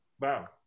Wow